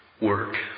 work